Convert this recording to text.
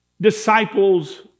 disciples